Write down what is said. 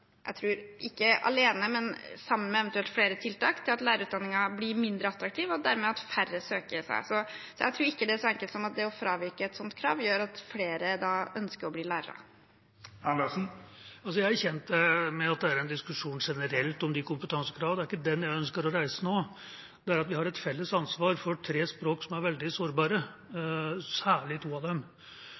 jeg tror ikke alene, men sammen med eventuelt flere tiltak – at lærerutdanningen blir mindre attraktiv, og dermed at færre søker. Så jeg tror ikke det er så enkelt som at det å fravike et sånt krav gjør at flere ønsker å bli lærere. Jeg er kjent med at det er en diskusjon generelt om kompetansekrav. Det er ikke den jeg ønsker å reise nå, men at vi har et felles ansvar for tre språk som er veldig sårbare – særlig to av dem.